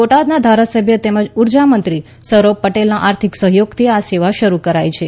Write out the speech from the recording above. બોટાદના ધારાસભ્ય તેમજ ઊર્જા મંત્રી સૌરભ પટેલના આર્થિક સહયોગથી આ સેવા શરૂ કરાઇ છે